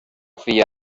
filla